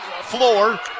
floor